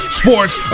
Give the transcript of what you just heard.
sports